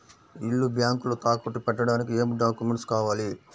ఇల్లు బ్యాంకులో తాకట్టు పెట్టడానికి ఏమి డాక్యూమెంట్స్ కావాలి?